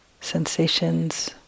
sensations